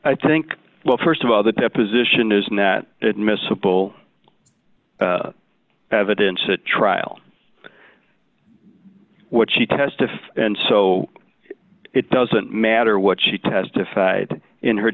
i think well st of all the deposition isn't that admissible evidence at trial what she testified and so it doesn't matter what she testified in her